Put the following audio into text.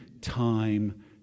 time